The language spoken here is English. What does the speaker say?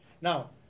Now